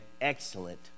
excellent